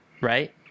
right